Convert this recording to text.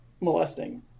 molesting